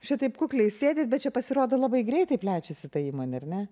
šitaip kukliai sėdit bet čia pasirodo labai greitai plečiasi ta įmonė ar ne